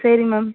சரி மேம்